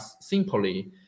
simply